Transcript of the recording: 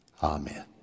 Amen